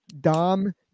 Dom